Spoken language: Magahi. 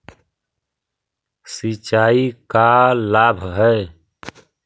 सिंचाई का लाभ है?